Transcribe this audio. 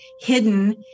hidden